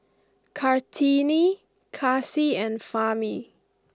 Kartini Kasih and Fahmi